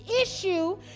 issue